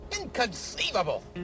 Inconceivable